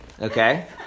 Okay